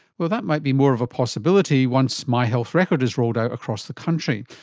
well, that might be more of a possibility once my health record is rolled out across the country.